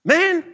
Man